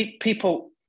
people